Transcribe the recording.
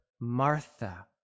Martha